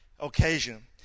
Occasion